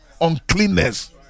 uncleanness